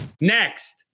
Next